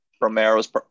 Romero's